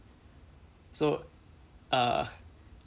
so uh